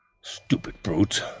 stupid brutes!